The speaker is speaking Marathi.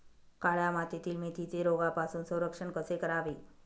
काळ्या मातीतील मेथीचे रोगापासून संरक्षण कसे करावे?